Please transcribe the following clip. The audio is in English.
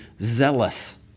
zealous